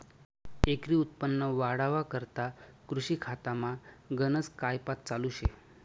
एकरी उत्पन्न वाढावा करता कृषी खातामा गनज कायपात चालू शे